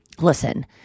listen